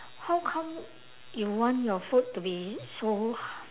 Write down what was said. how come you want your food to be so